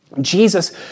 Jesus